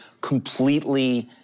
completely